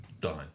Done